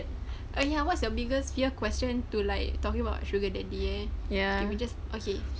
err ya what's your biggest fear question to like talking about sugar daddy eh K we just okay